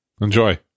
Enjoy